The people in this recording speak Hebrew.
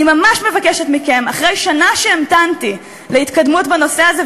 אני ממש מבקשת מכם: אחרי שנה שהמתנתי להתקדמות בנושא הזה,